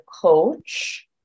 coach